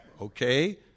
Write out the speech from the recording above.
Okay